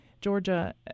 Georgia